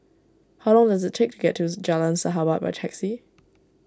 how long does it take to get to Jalan Sahabat by taxi